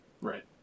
Right